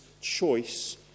choice